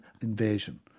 invasion